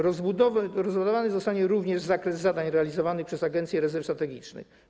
Rozbudowany zostanie również zakres zadań realizowanych przez agencję rezerw strategicznych.